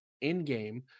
in-game